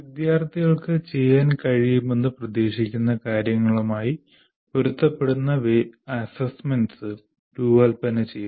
വിദ്യാർത്ഥികൾക്ക് ചെയ്യാൻ കഴിയുമെന്ന് പ്രതീക്ഷിക്കുന്ന കാര്യങ്ങളുമായി പൊരുത്തപ്പെടുന്ന വിലയിരുത്തലുകൾ രൂപകൽപ്പന ചെയ്യുന്നു